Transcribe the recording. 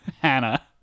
hannah